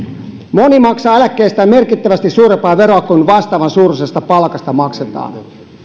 moni maksaa eläkkeestään merkittävästi suurempaa veroa kuin vastaavansuuruisesta palkasta maksetaan